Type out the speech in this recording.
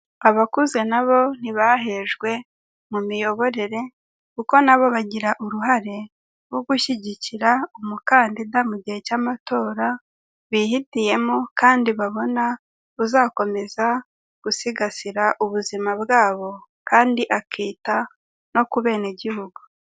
Abakuze nabo ntibahejwe mu miyoborere kuko nabo bagira uruhare mu gushyigikira umukandida mu gihe cy'amatora bihitiyemo kandi babona uzakomeza gusigasira ubuzima bwabo kandi akita no kubene gihugu.